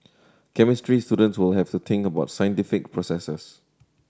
chemistry students will have to think about scientific processes